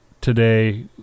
today